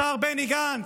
השר בני גנץ,